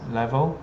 level